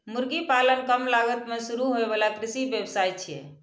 मुर्गी पालन कम लागत मे शुरू होइ बला कृषि व्यवसाय छियै